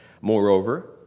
Moreover